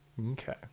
okay